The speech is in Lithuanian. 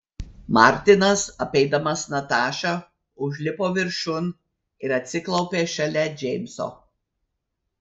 martinas apeidamas natašą užlipo viršun ir atsiklaupė šalia džeimso